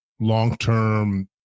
long-term